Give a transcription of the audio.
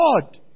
God